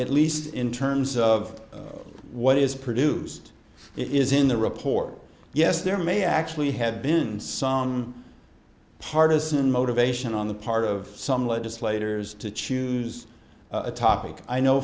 t least in terms of what is produced it is in the report yes there may actually have been some partisan motivation on the part of some legislators to choose a topic i know